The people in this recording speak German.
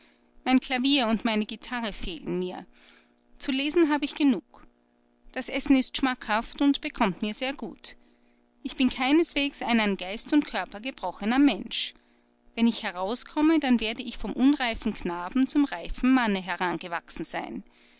mein klavier und meine gitarre fehlen mir zu lesen habe ich genug das essen ist schmackhaft und bekommt mir sehr gut ich bin keineswegs ein an geist und körper gebrochener mensch wenn ich herauskomme dann werde ich vom unreifen knaben zum reifen manne herangewachsen sein